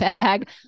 bag